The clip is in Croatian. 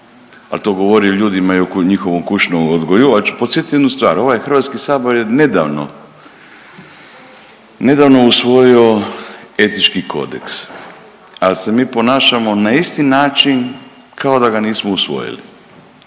al to govori o ljudima i o njihovom kućnom odgoju, ali ću podsjetiti jednu stvar, ovaj HS je nedavno, nedavno usvojio Etički kodeks, al se mi ponašamo na isti način kao da ga nismo usvojili